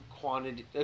quantity